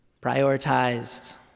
prioritized